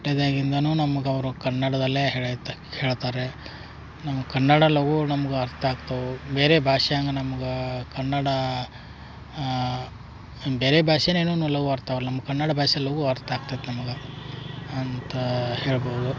ಹುಟ್ಟಿದಾಗಿಂದನು ನಮ್ಗ ಅವರು ಕನ್ನಡದಲ್ಲೇ ಹೇಳಿದ ಹೇಳ್ತಾರೆ ನಮಗೆ ಕನ್ನಡ ಲಘು ನಮ್ಗ ಅರ್ಥ ಆಗ್ತವು ಬೇರೆ ಭಾಷೆ ಹಂಗ್ ನಮ್ಗ ಕನ್ನಡ ಇನ್ನು ಬೇರೆ ಭಾಷೆನೇನೂನು ಎಲ್ಲವು ಅರ್ಥ ಆಗಲ್ಲ ನಮ್ಮ ಕನ್ನಡ ಭಾಷೆ ಲಘು ಅರ್ಥ ಆಗ್ತೈತಿ ನಮಗೆ ಅಂತ ಹೇಳ್ಬೋದು